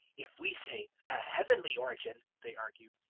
if we say a heavenly origin they argued,